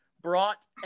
brought